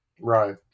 Right